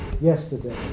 yesterday